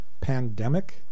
pandemic